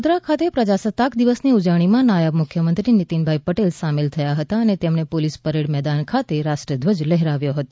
વડોદરા ખાતે પ્રજાસત્તાક દિવસની ઉજવણીમાં નાયબ મુખ્યમંત્રી નીતિનભાઈ પટેલ સામેલ થયા હતા અને તેમણે પોલીસ પરેડ મેદાન ખાતે રાષ્ટ્રધ્વજ લહેરાવ્યો હતો